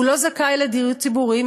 הוא לא זכאי לדיור ציבורי,